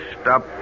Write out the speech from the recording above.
stop